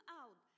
out